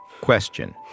Question